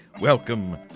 Welcome